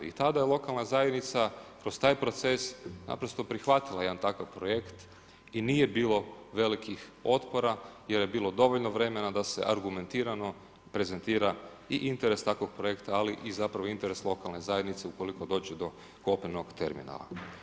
I tada je lokalna zajednica kroz taj proces naprosto prihvatila jedan takav projekt i nije bilo velikih otpora jer je bilo dovoljno vremena da se argumentira prezentira i interes takvog projekta, ali i interes lokalne zajednice ukoliko dođe do kopnenog terminala.